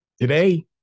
Today